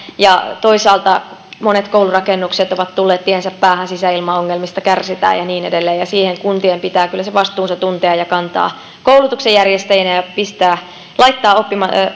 ja toisaalta monet koulurakennukset ovat tulleet tiensä päähän sisäilmaongelmista kärsitään ja niin edelleen ja siinä kuntien pitää kyllä se vastuunsa tuntea ja koulutuksenjärjestäjinä kantaa ja laittaa